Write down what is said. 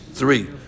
Three